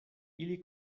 ili